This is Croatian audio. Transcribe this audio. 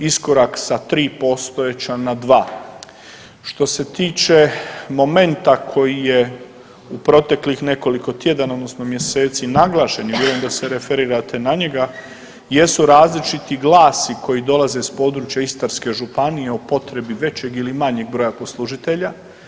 Iskorak sa 3 postojeća na 2. Što se tiče momenta koji je u proteklih nekoliko tjedana odnosno mjeseci naglašen i vjerujem da se referirate na njega jesu različiti glasi koji dolaze s područja Istarske županije o potrebi većeg ili manjeg broja poslužitelja.